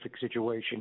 situation